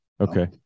okay